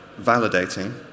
validating